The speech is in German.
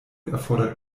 erfordert